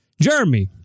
Jeremy